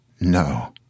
No